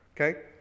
Okay